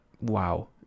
Wow